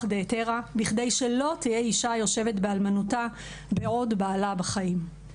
דהיתרא בכדי שלא תהיה אישה יושבת באלמנותה בעוד בעלה בחיים.